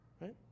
right